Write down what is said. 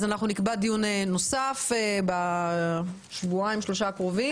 אנחנו דיון נוסף בשבועיים-שלושה הקרובים